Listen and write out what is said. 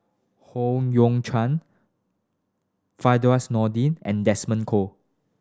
Howe Yoon Chong Firdaus Nordin and Desmond Kon